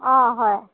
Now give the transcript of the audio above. অঁ হয়